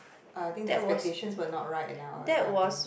uh think the expectations were not right all that kind of thing